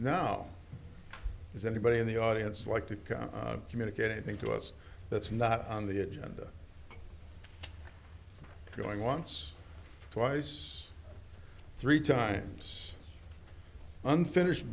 now is anybody in the audience like to communicate anything to us that's not on the agenda going once twice three times unfinished